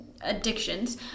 addictions